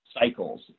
cycles